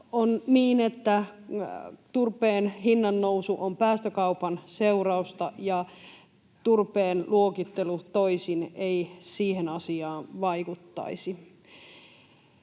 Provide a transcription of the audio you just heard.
on niin, että turpeen hinnannousu on päästökaupan seurausta, ja turpeen luokittelu toisin ei siihen asiaan vaikuttaisi.